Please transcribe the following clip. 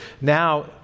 now